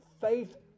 faith